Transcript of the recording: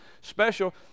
special